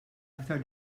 aktar